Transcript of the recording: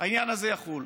העניין הזה יחול.